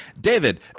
David